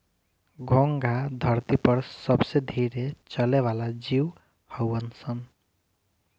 घोंघा धरती पर सबसे धीरे चले वाला जीव हऊन सन